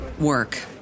work